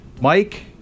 Mike